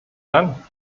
dann